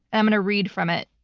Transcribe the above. i'm going to read from it.